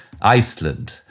Iceland